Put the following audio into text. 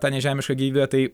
tą nežemišką gyvybę tai